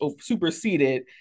superseded